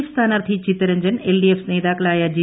F സ്ഥാനാർത്ഥി Chittaranjan L D F നേതാക്കളായ G